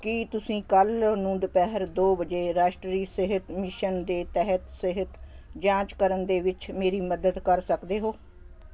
ਕੀ ਤੁਸੀਂ ਕੱਲ੍ਹ ਨੂੰ ਦੁਪਹਿਰ ਦੋ ਵਜੇ ਰਾਸ਼ਟਰੀ ਸਿਹਤ ਮਿਸ਼ਨ ਦੇ ਤਹਿਤ ਸਿਹਤ ਜਾਂਚ ਕਰਨ ਦੇ ਵਿੱਚ ਮੇਰੀ ਮਦਦ ਕਰ ਸਕਦੇ ਹੋ